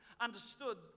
understood